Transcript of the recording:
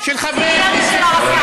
של חברי כנסת,